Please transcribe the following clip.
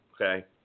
okay